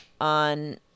on